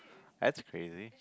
that's crazy